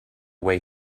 way